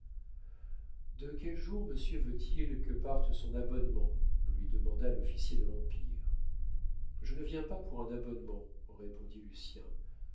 de quel jour monsieur veut-il que parte son abonnement lui demanda l'officier de l'empire je ne viens pas pour un abonnement répondit lucien le